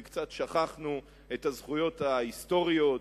כי קצת שכחנו את הזכויות ההיסטוריות,